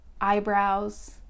eyebrows